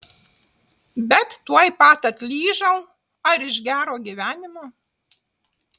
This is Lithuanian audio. bet tuoj pat atlyžau ar iš gero gyvenimo